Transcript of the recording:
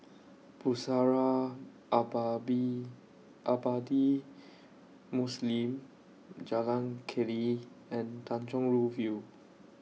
Pusara Aba beAbadi Muslim Jalan Keli and Tanjong Rhu View